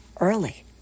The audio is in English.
early